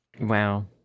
Wow